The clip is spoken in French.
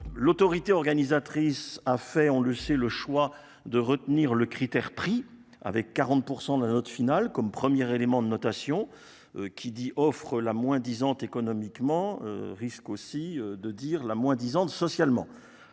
L’autorité organisatrice a fait le choix de retenir le critère du prix – 40 % de la note finale – comme premier élément de notation. Mais l’offre la moins disante économiquement pourrait aussi être la moins disante socialement.